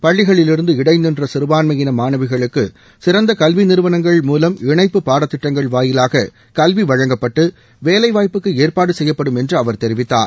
பள்ளிகளிலிருந்து இடை நின்ற சிறுபான்மையின மாணவிகளுக்கு சிறந்த கல்வி நிறுவனங்கள் மூலம் இணைப்பு பாடத்திட்டங்கள் வாயிலாக கல்வி வழங்கப்பட்டு வேலைவாய்ப்புக்கு ஏற்பாடு செய்யப்படும் என்று அவர் தெரிவித்தார்